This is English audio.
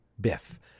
Biff